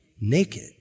Naked